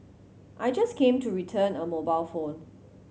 I just came to return a mobile phone